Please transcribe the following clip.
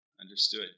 Understood